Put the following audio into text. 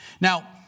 Now